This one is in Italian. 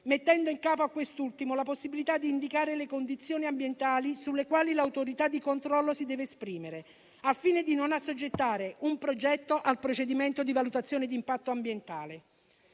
mettendo in capo a quest'ultimo la possibilità di indicare le condizioni ambientali sulle quali l'autorità di controllo si deve esprimere, al fine di non assoggettare un progetto al procedimento di valutazione di impatto ambientale.